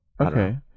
okay